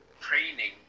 training